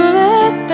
let